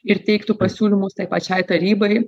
ir teiktų pasiūlymus tai pačiai tarybai